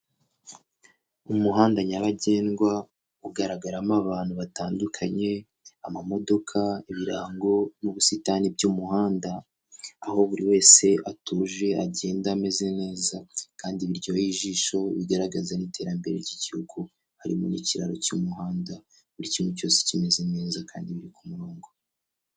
Umuhanda nyabagendwa ugaragaramo abantu batandukanye, amamodoka, ibirango n'ubusitani by'umuhanda, aho buri wese atuje agenda ameze neza kandi biryoheha ijisho bigaragaza n'iterambere ry'igihugu, harimo n'kiraro cy'umuhanda buri kintu cyose kimeze neza kandi ku murongo,